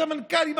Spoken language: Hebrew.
סמנכ"לים,